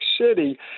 City